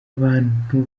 abantu